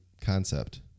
concept